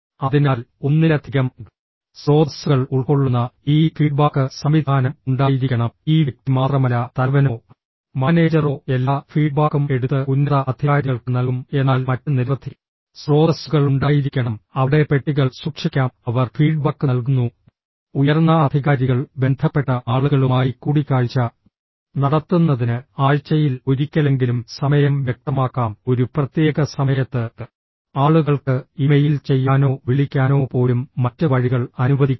അതിനാൽ ഒന്നിലധികം സ്രോതസ്സുകൾ ഉൾക്കൊള്ളുന്ന ഈ ഫീഡ്ബാക്ക് സംവിധാനം ഉണ്ടായിരിക്കണം ഈ വ്യക്തി മാത്രമല്ല തലവനോ മാനേജറോ എല്ലാ ഫീഡ്ബാക്കും എടുത്ത് ഉന്നത അധികാരികൾക്ക് നൽകും എന്നാൽ മറ്റ് നിരവധി സ്രോതസ്സുകൾ ഉണ്ടായിരിക്കണം അവിടെ പെട്ടികൾ സൂക്ഷിക്കാം അവർ ഫീഡ്ബാക്ക് നൽകുന്നു ഉയർന്ന അധികാരികൾ ബന്ധപ്പെട്ട ആളുകളുമായി കൂടിക്കാഴ്ച നടത്തുന്നതിന് ആഴ്ചയിൽ ഒരിക്കലെങ്കിലും സമയം വ്യക്തമാക്കാം ഒരു പ്രത്യേക സമയത്ത് ആളുകൾക്ക് ഇമെയിൽ ചെയ്യാനോ വിളിക്കാനോ പോലും മറ്റ് വഴികൾ അനുവദിക്കാം